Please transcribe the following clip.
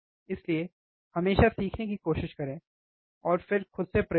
इसलिए हमेशा सीखने की कोशिश करें और फिर खुद से प्रयोग करें